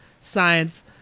science